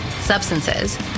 substances